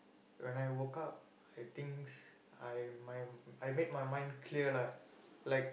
when I woke up I thinks I my I made my mind clear lah like